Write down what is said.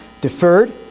deferred